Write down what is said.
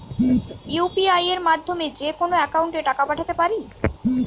UPI মাধ্যমে যেকোনো একাউন্টে টাকা পাঠাতে পারি?